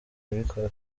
yabikoze